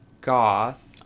goth